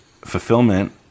fulfillment